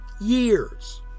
years